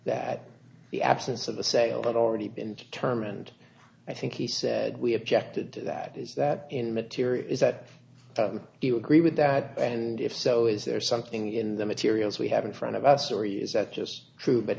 that the absence of the sale but already been determined i think he said we objected to that is that in material is that you agree with that and if so is there something in the materials we have in front of us story is that just true but